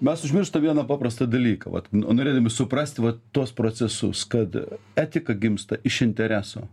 mes užmirštam vieną paprastą dalyką vat norėdami suprasti vat tuos procesus kad etika gimsta iš intereso